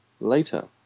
later